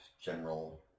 general